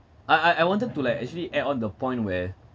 I I I wanted to like actually add on the point where